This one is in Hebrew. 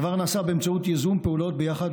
הדבר נעשה באמצעות ייזום פעולות ביחד